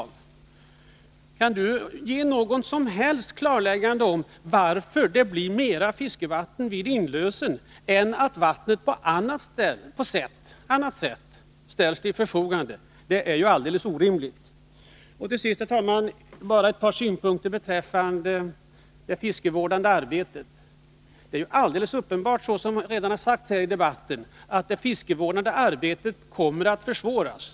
Jag tror inte att Åke Wictorsson kan komma med någon som helst förklaring varför det skulle bli mer fiskevatten vid inlösen än om vattnen på annat sätt ställs till förfogande. Idén om inlösen är alldeles orimlig. Nr 45 Till sist, herr talman, ett par synpunkter beträffande det fiskevårdande Torsdagen den arbetet. Som det redan har sagts i debatten kommer helt uppenbart det 9 december 1982 fiskevårdande arbetet att försvåras.